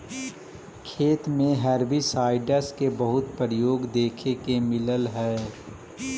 खेत में हर्बिसाइडस के बहुत प्रयोग देखे के मिलऽ हई